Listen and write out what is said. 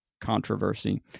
controversy